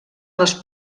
les